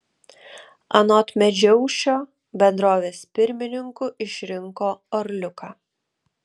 anot medžiaušio bendrovės pirmininku išrinko orliuką